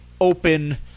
open